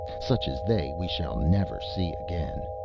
such as they we shall never see again.